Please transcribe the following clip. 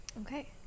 Okay